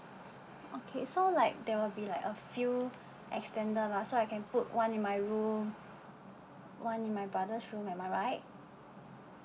okay so like there will be like a few extender lah so I can put one in my room one in my brother's room am I right